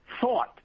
thought